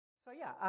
so yeah,